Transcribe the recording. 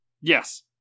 Yes